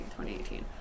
2018